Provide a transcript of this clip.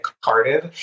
carded